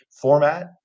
format